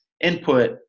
input